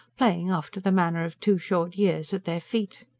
playing, after the manner of two short years, at their feet.